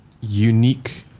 unique